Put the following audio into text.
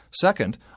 Second